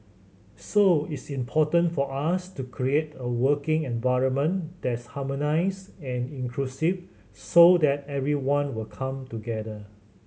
so it's important for us to create a working environment that's harmonised and inclusive so that everyone will come together